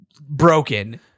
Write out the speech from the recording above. broken